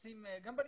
גם בליכוד.